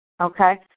okay